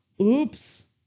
Oops